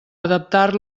adaptar